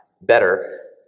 better